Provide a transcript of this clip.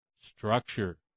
structure